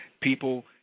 People